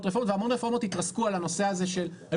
רפורמות והמון רפורמות התרסקו על הנושא הזה שהן היו